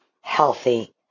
healthy